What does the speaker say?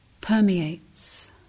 permeates